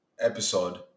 episode